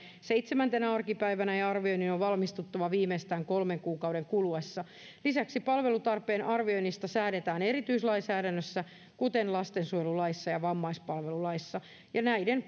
seitsemäntenä arkipäivänä ja arvioinnin on on valmistuttava viimeistään kolmen kuukauden kuluessa lisäksi palvelutarpeen arvioinnista säädetään erityislainsäädännössä kuten lastensuojelulaissa ja vammaispalvelulaissa ja näiden